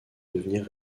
devenir